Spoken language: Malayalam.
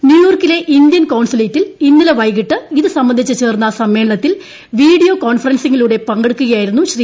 ന്യൂയോർക്കിലെ ഇന്ത്യൻ കോൺസുലേറ്റിൽ ഇന്നലെ വൈകിട്ട് ഇതു സ്ട്രബന്ധിച്ച് ചേർന്ന സമ്മേളനത്തിൽ വീഡിയോ കോൺഫ്റ്റൻസിലൂടെ പങ്കെടുക്കുകയായിരുന്നു ശ്രീ